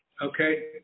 Okay